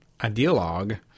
ideologue